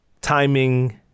timing